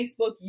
Facebook